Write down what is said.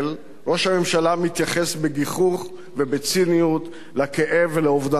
ראש הממשלה מתייחס בגיחוך ובציניות לכאב ולאובדן החיים.